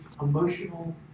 emotional